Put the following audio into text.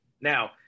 Now